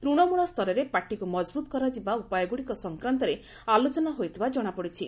ତୂଶମୂଳ ସ୍ତରରେ ପାର୍ଟିକୁ ମଜବୁତ୍ କରାଯିବା ଉପାୟଗୁଡ଼ିକ ସଂକ୍ରାନ୍ତରେ ଆଲୋଚନା ହୋଇଥିବା ଜଣାପଡ଼ିଛି